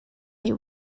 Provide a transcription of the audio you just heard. they